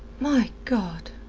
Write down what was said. my god!